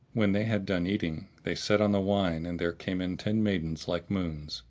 when they had done eating, they set on the wine and there came in ten maidens like moons,